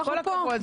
אנחנו לא בורחים.